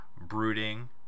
brooding